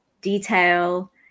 detail